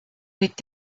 mit